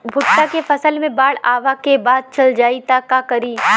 भुट्टा के फसल मे बाढ़ आवा के बाद चल जाई त का करी?